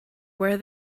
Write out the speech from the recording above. where